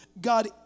God